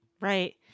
right